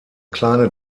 kleine